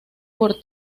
por